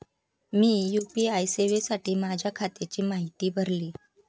मी UPI सेवेसाठी माझ्या खात्याची माहिती भरली